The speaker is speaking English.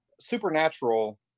supernatural